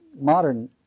modern